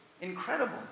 Incredible